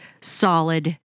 solid